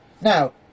Now